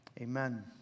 amen